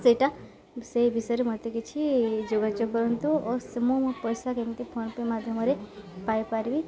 ସେଇଟା ସେଇ ବିଷୟରେ ମୋତେ କିଛି ଯୋଗାଯୋଗ କରନ୍ତୁ ଓ ମୁଁ ମୋ ପଇସା କେମିତି ଫୋନପେ ମାଧ୍ୟମରେ ପାଇପାରିବି